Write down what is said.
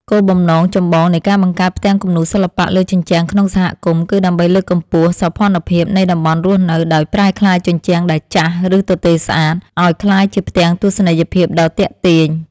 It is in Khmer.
គោលបំណងចម្បងនៃការបង្កើតផ្ទាំងគំនូរសិល្បៈលើជញ្ជាំងក្នុងសហគមន៍ គឺដើម្បីលើកកម្ពស់ សោភ័ណភាពនៃតំបន់រស់នៅ ដោយប្រែក្លាយជញ្ជាំងដែលចាស់ ឬទទេស្អាត ឱ្យក្លាយជាផ្ទាំងទស្សនីយភាពដ៏ទាក់ទាញ។